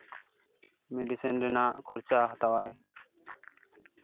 medicine ᱨᱮᱱᱟᱜ ᱠᱷᱚᱨᱪᱟ ᱦᱟᱛᱟᱣᱼᱟᱭ